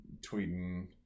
tweeting